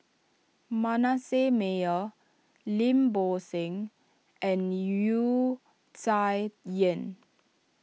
Manasseh Meyer Lim Bo Seng and Wu Tsai Yen